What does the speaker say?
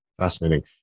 Fascinating